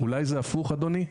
אולי זה הפוך, אדוני?